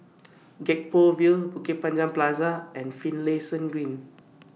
Gek Poh Ville Bukit Panjang Plaza and Finlayson Green